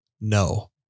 No